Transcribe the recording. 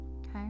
okay